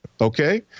Okay